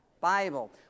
Bible